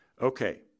Okay